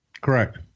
Correct